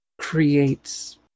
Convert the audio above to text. creates